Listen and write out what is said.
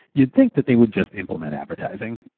you think that they would just implement advertising,